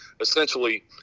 essentially